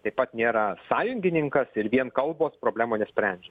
taip pat nėra sąjungininkas ir vien kalbos problemų nesprendžia